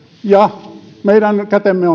ja meidän kätemme